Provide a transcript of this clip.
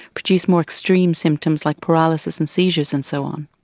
produce more extreme symptoms like paralysis and seizures and so on.